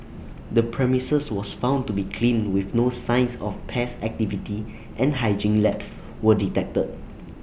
the premises was found to be clean with no signs of pest activity and hygiene lapse were detected